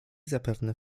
zapewne